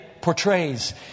portrays